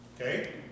Okay